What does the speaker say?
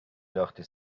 نداختی